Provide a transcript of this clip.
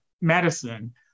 medicine